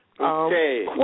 Okay